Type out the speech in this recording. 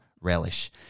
relish